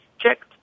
checked